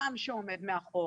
בן-אדם שעומד מאחורה,